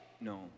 No